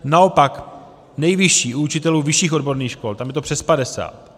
Naopak nejvyšší u učitelů vyšších odborných škol, tam je to přes 50.